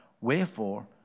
Wherefore